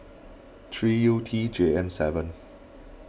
three U T J M seven